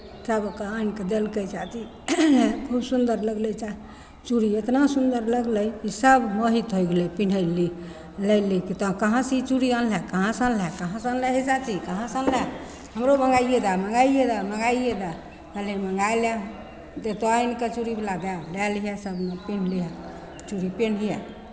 तब ओकरा आनि कऽ देलकै चाची खूब सुन्दर लगलै चा चूड़ी इतना सुन्दर लगलै जे सभ मोहित होय गेलै पहिने लिए लए ले तऽ कहाँसँ ई चूड़ी अनलेँ कहाँसँ अनलेँ कहाँसँ अनलेँ हेँ चाची कहाँसँ अनलेँ हमरो मङ्गाइए दए मङ्गाइए दए मङ्गाइए दए कहलियै मङ्गाय लेब एतय आनि कऽ चूड़ीवलाके देलियै सभ पेन्ह लिहेँ चूड़ी पेन्ह लिहेँ